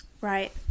Right